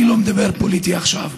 אני לא מדבר פוליטי עכשיו.